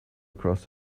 across